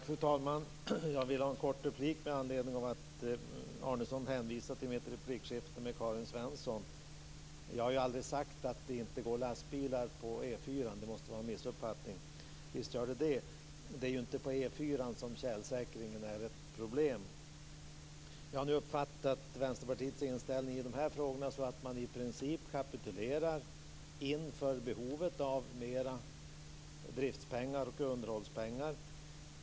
Fru talman! Jag vill ha en kort replik med anledning av att Arnesson hänvisade till mitt replikskifte med Karin Svensson Smith. Jag har aldrig sagt att det inte går lastbilar på E 4:an. Det måste vara en missuppfattning. Visst gör det det. Det är ju inte på E 4:an som tjälsäkring är ett problem. Jag har uppfattat Vänsterpartiets inställning i de här frågorna så att man i princip kapitulerar inför behovet av mer driftspengar och underhållspengar.